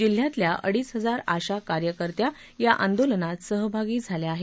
जिल्ह्यातल्या अडीच हजार आशा कार्यकर्त्या या आंदोलनात सहभागी झाल्या आहेत